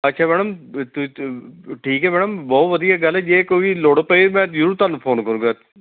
ਅੱਛਾ ਮੈਡਮ ਠੀਕ ਹੈ ਮੈਡਮ ਬਹੁਤ ਵਧੀਆ ਗੱਲ ਜੇ ਕੋਈ ਲੋੜ ਪਈ ਮੈਂ ਜ਼ਰੂਰ ਤੁਹਾਨੂੰ ਫੋਨ ਕਰੂੰਗਾ